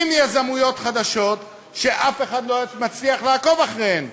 יזמויות חדשות שאף אחד לא מצליח לעקוב אחריהן.